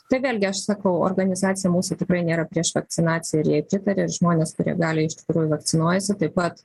tai vėlgi aš sakau organizacija mūsų tikrai nėra prieš vakcinaciją ir jai pritaria žmonės kurie gali iš tikrųjų vakcinuojasi taip pat